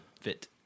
fit